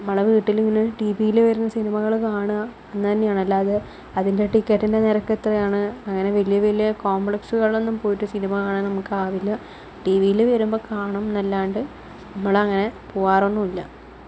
നമ്മളെ വീട്ടിലിങ്ങനെ ടീവിയിൽ വരുന്ന സിനിമകൾ കാണുക എന്ന് തന്നെയാണ് അല്ലാതെ അതിൻ്റെ ടിക്കറ്റിന്റെ നിരക്ക് എത്രയാണ് അങ്ങനെ വലിയ വലിയ കോംപ്ലക്സുകളൊന്നും പോയിട്ട് സിനിമ കാണാൻ നമുക്കാവില്ല ടീവിയിൽ വരുമ്പോൾ കാണും അല്ലാണ്ട് നമ്മളങ്ങനെ പോവാറൊന്നുമില്ല